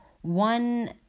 one